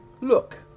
look